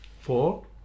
Four